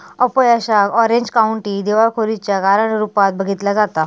अपयशाक Orange County दिवाळखोरीच्या कारण रूपात बघितला जाता